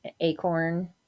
acorn